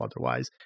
otherwise